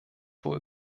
wohl